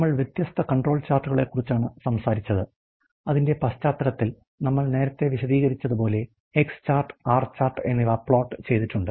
നമ്മൾ വ്യത്യസ്ത control ചാർട്ടുകളെക്കുറിച്ചാണ് സംസാരിച്ചത് അതിന്റെ പശ്ചാത്തലത്തിൽ നമ്മൾ നേരത്തെ വിശദീകരിച്ചതുപോലെ എക്സ് ചാർട്ട് ആർ ചാർട്ട് എന്നിവ പ്ലോട്ട് ചെയ്തിട്ടുണ്ട്